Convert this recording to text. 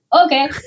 okay